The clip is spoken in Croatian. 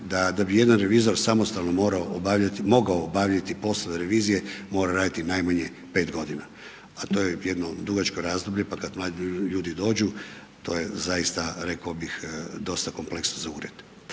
da bi jedan revizor samostalno morao, mogao obavljati poslove revizije mora raditi najmanje 5 godina, a to je jedno dugačko razdoblje pa kad mladi ljudi dođu to je zaista rekao bih dosta kompleksno za ured.